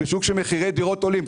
בשוק של מחירי דירות עולים.